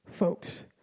Folks